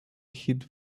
hit